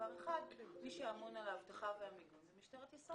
מי שאמון על האבטחה והמיגון זו משטרת ישראל.